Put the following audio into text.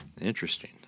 interesting